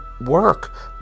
work